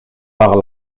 par